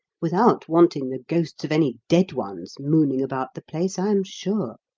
without wanting the ghosts of any dead ones mooning about the place, i am sure.